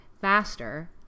faster